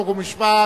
חוק ומשפט,